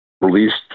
released